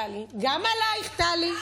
טלי,